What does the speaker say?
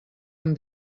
amb